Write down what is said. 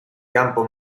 campo